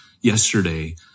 yesterday